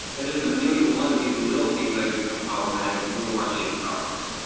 and there's a million one of these little things that could become problematic and we don't want you to come by that.